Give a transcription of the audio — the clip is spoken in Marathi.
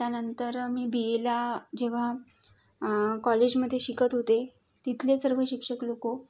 त्यानंतर मी बी एला जेव्हा कॉलेजमधे शिकत होते तिथले सर्व शिक्षक लोकं